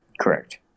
Correct